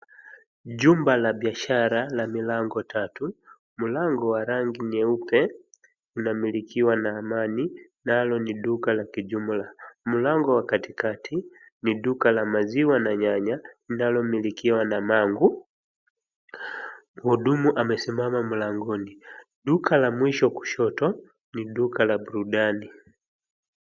Jumba la biashara la milango tatu. Mlango wa rangi nyeupe unamilikiwa na Amani nalo ni duka la kijumla. Mlango wa katikati, ni duka la maziwa na nyanya, linalomilikiwa na Mangu . Mhudumu amesimama mlangoni. Duka la mwisho kushoto ni duka la burudani.